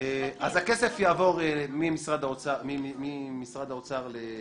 אז הכסף יעבור ממשרד האוצר ---- ממשרד התרבות לטוטו.